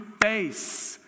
face